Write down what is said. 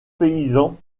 paysans